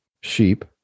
sheep